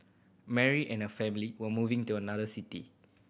Mary and her family were moving to another city